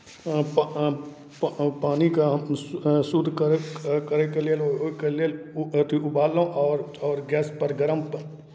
प् प् पानिके हम शु शुद्ध करयके लेल ओहिके लेल अथि उबाललहुँ आओर आओर गैसपर गरम प